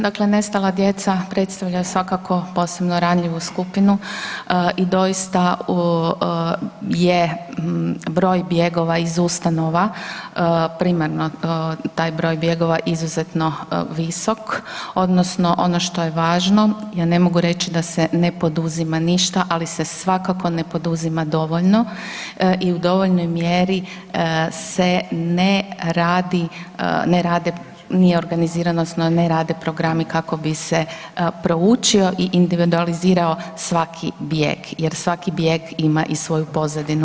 Dakle, nestala djeca predstavljaju svakako posebno ranjivu skupinu i doista je broj bjegova iz ustanova, primarno taj broj bjegova izuzetno visok odnosno ono što je važno, ja ne mogu reći da se ne poduzima ništa ali se svakako ne poduzima dovoljno i u dovoljnoj mjeri se ne radi, ne rade, nije organizirano odnosno ne rade programi kako bi se proučio i individualizirao svaki bijeg jer svaki bijeg ima i svoju pozadinu.